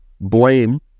blame